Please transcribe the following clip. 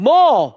More